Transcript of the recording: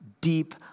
deep